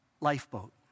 lifeboat